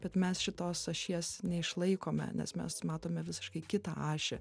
bet mes šitos ašies neišlaikome nes mes matome visiškai kitą ašį